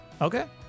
Okay